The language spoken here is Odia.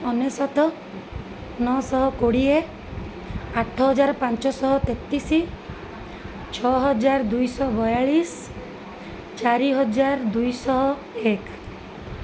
ଅନେଶ୍ୱତ ନଅଶହ କୋଡ଼ିଏ ଆଠ ହଜାର ପାଞ୍ଚଶହ ତେତିଶ ଛଅ ହଜାର ଦୁଇଶହ ବୟାଳିଶ ଚାରି ହଜାର ଦୁଇଶହ ଏକ